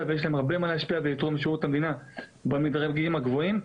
ולתרום לשירות המדינה במדרגים הגבוהים,